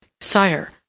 Sire